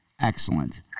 Excellent